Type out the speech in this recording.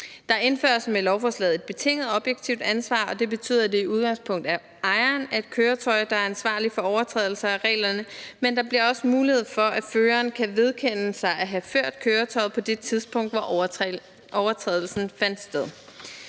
Der indføres med lovforslaget et betinget objektivt ansvar, og det betyder, at det i udgangspunktet er ejeren af et køretøj, der er ansvarlig for overtrædelse af reglerne, men der bliver også mulighed for, at føreren kan vedkende sig at have ført køretøjet på det tidspunkt, hvor overtrædelsen fandt sted.